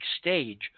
stage